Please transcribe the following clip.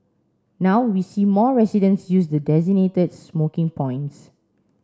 now we see more residents use the designated smoking points